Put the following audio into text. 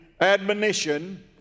admonition